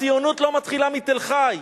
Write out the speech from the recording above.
הציונות לא מתחילה מתל-חי,